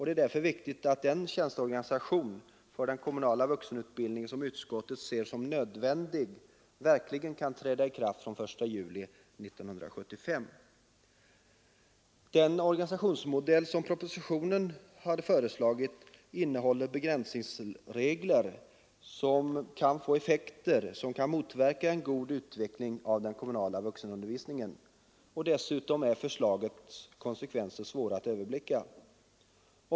Det är därför viktigt att den tjänsteorganisation för den kommunala vuxenutbildningen som utskottet ser som nödvändig verkligen kan träda i kraft från den 1 juli 1975. Den organisationsmodell som föreslogs i propositionen innehåller regler, som kan få effekter vilka motverkar en god utveckling av den kommunala vuxenundervisningen. Dessutom är förslagets konsekvenser svåra att överblicka.